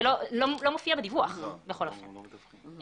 זה לא מופיע בדיווח בכל אופן.